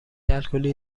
الکلی